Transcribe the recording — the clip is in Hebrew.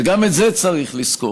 וגם את זה צריך לזכור,